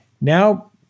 Now